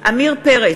עמיר פרץ,